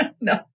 No